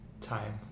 time